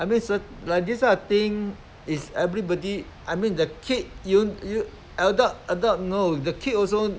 I mean cer~ like this kind of thing is everybody I mean the kid you you adult adult know the kid also